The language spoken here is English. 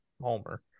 Homer